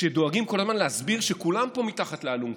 שדואגים כל הזמן להסביר שכולם פה מתחת לאלונקה.